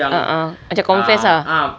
ah ah macam confess ah